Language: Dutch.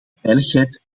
veiligheid